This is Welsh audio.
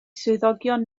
swyddogion